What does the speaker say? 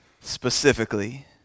specifically